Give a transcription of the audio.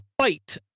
fight